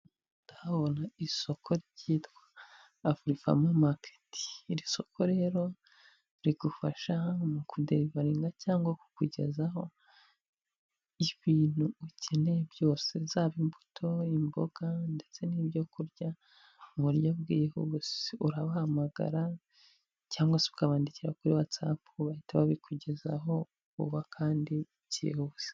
Ndahabona isoko ryitwa afurifama maketi. Iri soko rero rigufasha mu kuderivaringa cyangwa kukugezaho ibintu ukeneye byose, zaba imbuto, imboga ndetse n'ibyo kurya, mu buryo bwihuse. Urabahamagara cyangwa se ukabandikira kuri watsapu, bahita babikugezaho vuba kandi byihuse.